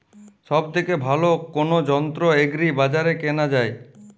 সব থেকে ভালো কোনো যন্ত্র এগ্রি বাজারে কেনা যায়?